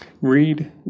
read